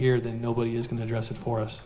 here then nobody is going to address it for us